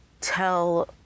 tell